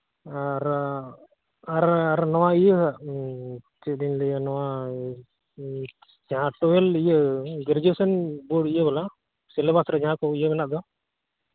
ᱟᱨ ᱟᱨ ᱟᱨ ᱱᱚᱣᱟ ᱤᱭᱟᱹ ᱪᱮᱫ ᱤᱧ ᱞᱟᱹᱭᱟ ᱱᱚᱣᱟ ᱡᱟᱦᱟᱸ ᱥᱮᱢᱮᱞ ᱤᱭᱟᱹ ᱜᱨᱮᱡᱩᱭᱮᱥᱚᱱ ᱵᱳᱨᱰ ᱤᱭᱟᱹ ᱵᱟᱞᱟ ᱥᱤᱞᱮᱵᱟᱥ ᱨᱮ ᱡᱟᱦᱟᱸ ᱠᱚ ᱤᱭᱟᱹ ᱢᱮᱱᱟᱜ ᱫᱚ